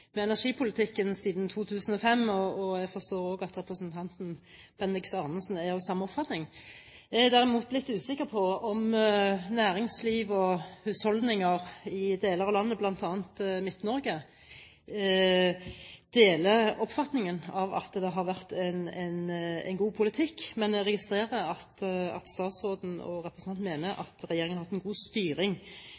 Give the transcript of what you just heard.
med energipolitikken siden 2005, og jeg forstår også at representanten Bendiks H. Arnesen er av samme oppfatning. Jeg er derimot litt usikker på om næringsliv og husholdninger i deler av landet, bl.a. Midt-Norge, deler oppfatningen av at det har vært en god politikk. Men jeg registrerer at statsråden og representanten mener